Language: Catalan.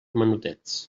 menudets